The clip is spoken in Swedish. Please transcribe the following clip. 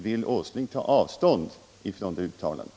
Vill herr Åsling ta avstånd från det uttalandet?